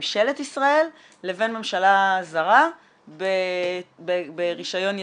ממשלת ישראל לבין ממשלה זרה ברישיון ייצוא.